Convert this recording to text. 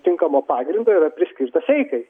tinkamo pagrindo yra priskirtas eikai